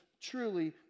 truly